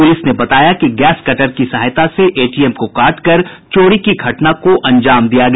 police ने बताया कि गैस कटर की सहायता से एटीएम को काटकार चोरी की घटना को अंजाम दिया गया